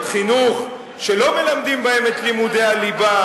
חינוך שלא מלמדים בהם את לימודי הליבה,